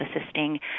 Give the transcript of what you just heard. assisting